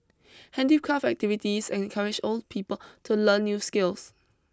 handicraft activities encourage old people to learn new skills